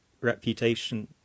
reputation